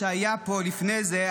שהיה פה לפני זה,